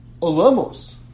olamos